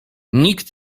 nikt